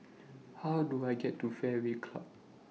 How Do I get to Fairway Club